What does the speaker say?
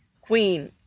queen